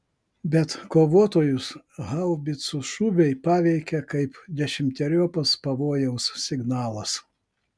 bet kovotojus haubicų šūviai paveikė kaip dešimteriopas pavojaus signalas